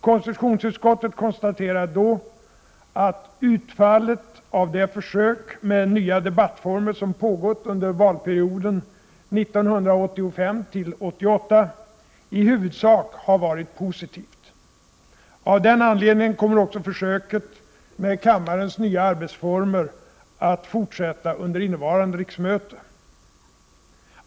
Konstitutionsutskottet konstaterade då att utfallet av det försök med nya debattformer som pågått under valperioden 1985-1988 i huvudsak har varit positivt. Av den anledningen kommer också försöket med kammarens nya arbetsformer att fortsätta under innevarande riksmöte.